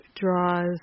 draws